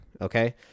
okay